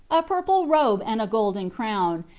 a purple robe and a golden crown,